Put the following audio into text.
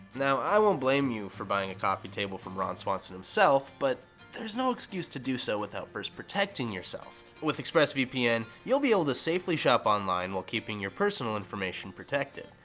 now, i won't blame you for buying a coffee table from ron swanson himself but there's no excuse to do so without first protecting yourself. with express vpn, you'll be able to safely shop online while keeping your personal information protected.